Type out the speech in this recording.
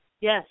Yes